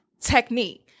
technique